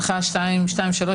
הנחיה 223,